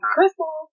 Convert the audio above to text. Crystal